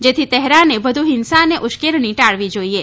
જેથી તહેરાને વધુ હિંસા અને ઉશ્કેરણી ટાળવી જોઇએ